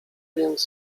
więc